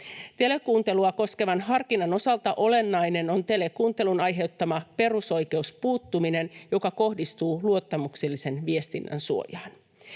Telekuuntelua koskevan harkinnan osalta olennainen on telekuuntelun aiheuttama perusoikeuspuuttuminen, joka kohdistuu luottamuksellisen viestinnän suojaan.